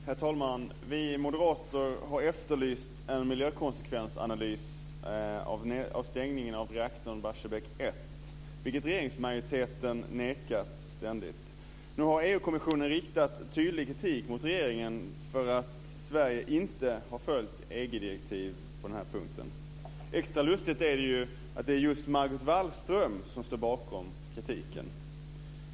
Herr talman! Vi moderater har efterlyst en miljökonsekvensanalys av stängningen av reaktorn Barsebäck 1, något som regeringsmajoriteten ständigt nekat. Nu har EU-kommissionen riktat tydlig kritik mot regeringen för att Sverige inte har följt EG-direktiv på den här punkten. Extra lustigt är ju att det är just Margot Wallström som står bakom kritiken.